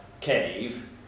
Cave